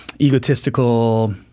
egotistical